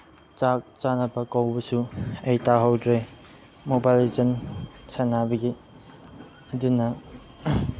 ꯆꯥꯛ ꯆꯥꯅꯕ ꯀꯧꯕꯁꯨ ꯑꯩ ꯇꯥꯍꯧꯗ꯭ꯔꯦ ꯃꯣꯕꯥꯏꯜ ꯂꯦꯖꯦꯟ ꯁꯥꯟꯅꯕꯒꯤ ꯑꯗꯨꯅ